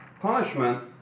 Punishment